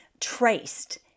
traced